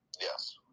Yes